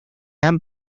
han